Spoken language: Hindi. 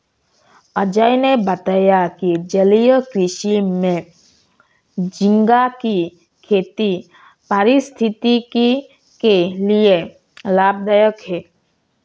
अजय ने बताया कि जलीय कृषि में झींगा की खेती पारिस्थितिकी के लिए लाभदायक है